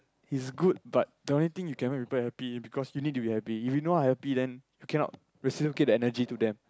it's good but the only thing you cannot make people happy because you need to be happy if you not happy then you cannot reciprocate the energy to them